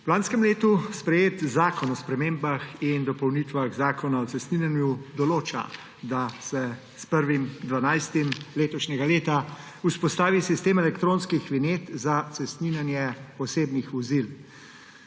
V lanskem letu sprejeti Zakon o spremembah in dopolnitvah Zakona o cestninjenju določa, da se s 1. 12. letošnjega leta vzpostavi sistem elektronskih vinjet za cestninjenje osebnih vozil.